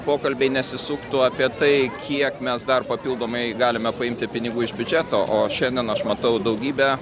pokalbiai nesisuktų apie tai kiek mes dar papildomai galime paimti pinigų iš biudžeto o šiandien aš matau daugybę